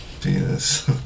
penis